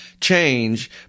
change